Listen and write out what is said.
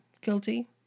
Guilty